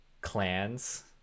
clans